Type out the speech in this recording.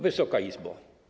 Wysoka Izbo!